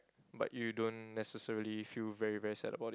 but you don't necessarily feel very very sad about it